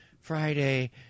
Friday